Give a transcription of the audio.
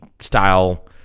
style